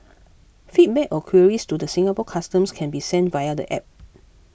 feedback or queries to the Singapore Customs can be sent via the App